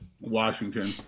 Washington